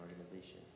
organization